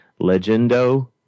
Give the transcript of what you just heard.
Legendo